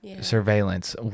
surveillance